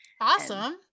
Awesome